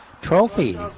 trophy